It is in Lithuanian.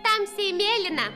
tamsiai mėlyną